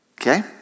okay